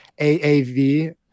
AAV